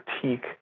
critique